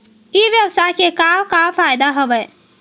ई व्यवसाय के का का फ़ायदा हवय?